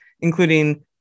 including